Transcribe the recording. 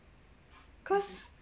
cause